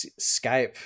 skype